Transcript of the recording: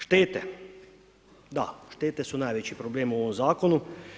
Štete, da štete su najveći problem u ovom zakonu.